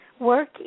work